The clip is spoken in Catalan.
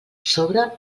sobre